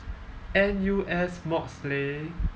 N_U_S mods leh